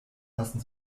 lassen